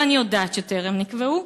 ואני יודעת שטרם נקבעו,